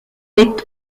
est